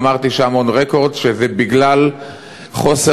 אמרתי שם און-רקורד שזה בגלל חוסר